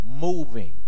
moving